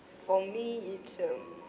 for me it's um